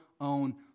own